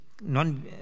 non